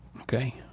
Okay